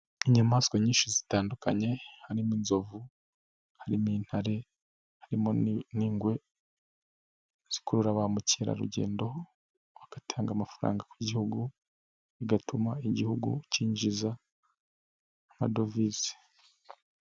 Inyamaswa nyinshi zitandukanye: harimo inzovu, harimo intare, harimo n'ingwe, zikurura ba mukerarugendo bagatanga amafaranga ku gihugu bigatuma igihugu kinjiza amadovize.